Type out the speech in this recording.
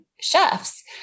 chefs